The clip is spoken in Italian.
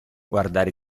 guardare